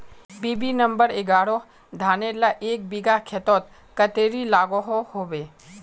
BB number एगारोह धानेर ला एक बिगहा खेतोत कतेरी लागोहो होबे?